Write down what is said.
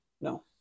no